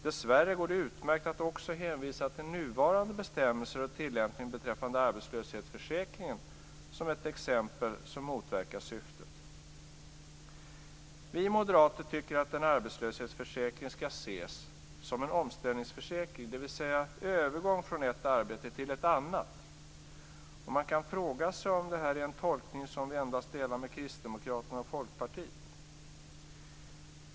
Dessvärre går det utmärkt att också hänvisa till nuvarande bestämmelser och tillämpning beträffande arbetslöshetsförsäkringen som ett exempel som motverkar syftet. Vi moderater tycker att en arbetslöshetsförsäkring skall ses som en omställningsförsäkring, dvs. en övergång från ett arbete till ett annat. Man kan fråga sig om detta är en tolkning som vi endast delar med Kristdemokraterna och Folkpartiet.